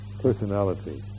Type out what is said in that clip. personality